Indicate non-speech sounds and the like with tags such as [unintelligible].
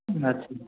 [unintelligible]